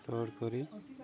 କରି